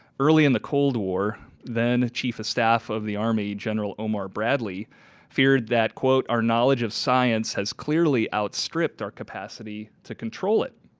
early in the cold war then chief of staff of the army general omar bradley feared that our knowledge of science has clearly outstripped our capacity to control it.